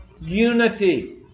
unity